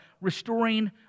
restoring